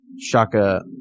Shaka